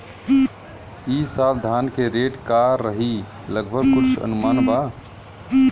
ई साल धान के रेट का रही लगभग कुछ अनुमान बा?